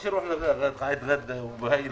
נתחיל עם קטי שטרית, בבקשה.